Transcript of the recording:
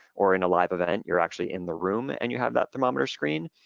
or in a live event, you're actually in the room and you have that thermometer screen,